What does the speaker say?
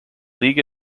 league